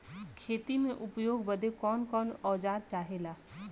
खेती में उपयोग बदे कौन कौन औजार चाहेला?